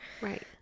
Right